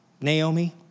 Naomi